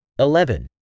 Eleven